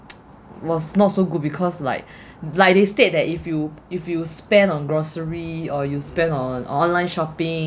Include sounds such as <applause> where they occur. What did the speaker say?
was not so good because like <breath> like they state that if you if you spend on grocery or you spend on online shopping